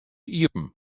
iepen